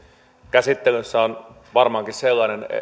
käsittelyssä on varmaankin sellainen